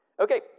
Okay